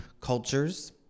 cultures